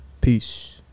Peace